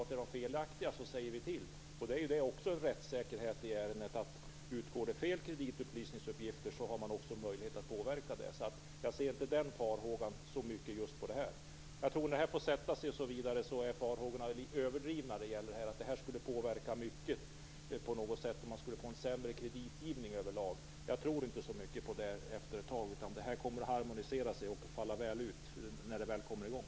Men är de felaktiga säger vi så klart till. Då finns det också en rättssäkerhet i ärendet, utgår det fel kreditupplysningsuppgifter har man också möjlighet att påverka det. Jag ser inte den farhågan som särskilt allvarlig här. När det här får sätta sig tror jag att det visar sig att farhågorna är överdrivna när det gäller att det här skulle få stor påverkan på något sätt och att man skulle få en sämre kreditgivning över lag. Jag tror inte så mycket på det. Det här kommer att harmonisera sig efter ett tag och falla väl ut när det väl kommer i gång.